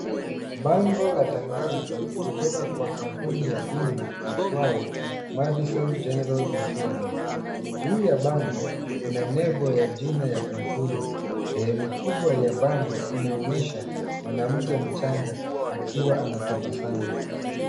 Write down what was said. Bango la tangazo kutoka kwa kampuni ya bima iitwayo MADISON General Insurance. Juu ya bango kuna nembo ya jina ya kampuni. Sehemu kubwa ya bango inaonesha mwanamke mchanga akiwa anatabasamu.